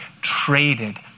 traded